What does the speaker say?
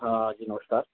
हाँ जी नमस्कार